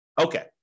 Okay